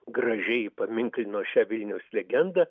gražiai paminklinio šią vilniaus legendą